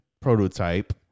prototype